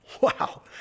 Wow